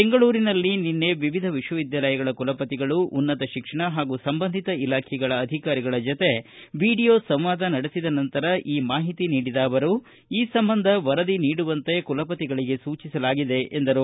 ಬೆಂಗಳೂರಿನಲ್ಲಿ ನಿನ್ನೆ ಕುಲಪತಿಗಳು ಉನ್ನತ ಶಿಕ್ಷಣ ಹಾಗೂ ಸಂಬಂಧಿತ ಇಲಾಖೆಗಳ ಅಧಿಕಾರಿಗಳ ಜತೆ ವಿಡಿಯೋ ಸಂವಾದ ನಡೆಸಿದ ನಂತರ ಈ ಮಾಹಿತಿ ನೀಡಿದ ಅವರು ಈ ಸಂಬಂಧ ವರದಿ ನೀಡುವಂತೆ ಕುಲಪತಿಗಳಿಗೆ ಸೂಚಿಸಲಾಗಿದೆ ಎಂದರು